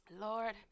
lord